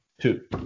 Two